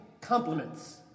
compliments